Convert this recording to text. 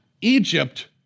Egypt